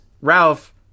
Ralph